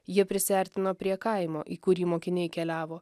jie prisiartino prie kaimo į kurį mokiniai keliavo